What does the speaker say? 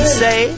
say